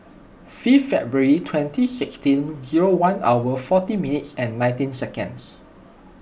fifth February twenty sixteen zero one hour forty minutes and nineteen seconds